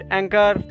anchor